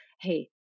Hey